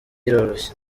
iroroshye